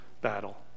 battle